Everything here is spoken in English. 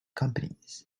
companies